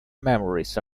memories